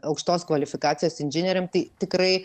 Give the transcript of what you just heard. aukštos kvalifikacijos inžinieriam tai tikrai